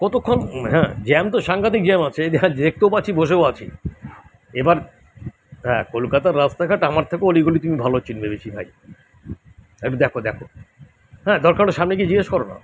কতক্ষণ হ্যাঁ জ্যাম তো সাংঘাতিক জ্যাম আছে এই যে দেখতেও পাচ্ছি বসেও আছি এবার হ্যাঁ কলকাতার রাস্তাঘাট আমার থেকে অলি গলি তুমি ভালো চিনবে বেশি ভাই একটু দেখো দেখো হ্যাঁ দরকার হলে সামনে গিয়ে জিজ্ঞেস করো না